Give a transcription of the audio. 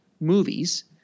movies